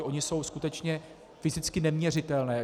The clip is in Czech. Ony jsou skutečně fyzicky neměřitelné.